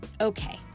Okay